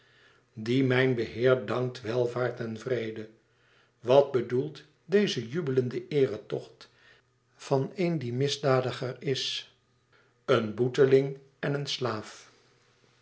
die mijn beheer dankt welvaart en vrede wat bedoelt deze jubelende eeretocht van een die een misdadiger is een boeteling en een slaaf